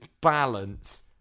balance